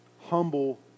humble